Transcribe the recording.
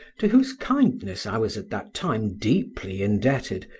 to whose kindness i was at that time deeply indebted,